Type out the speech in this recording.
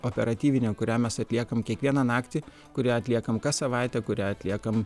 operatyvinė kurią mes atliekam kiekvieną naktį kurią atliekam kas savaitę kurią atliekam